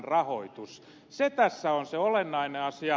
se tässä on se olennainen asia